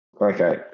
okay